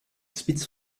spits